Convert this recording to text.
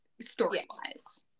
story-wise